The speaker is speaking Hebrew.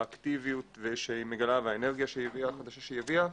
על האקטיביות שהיא מגלה והאנרגיה החדשה שהיא הבאה למשרד.